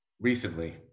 recently